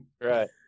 right